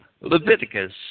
Leviticus